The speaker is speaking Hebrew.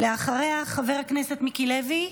אחריה, חבר הכנסת מיקי לוי,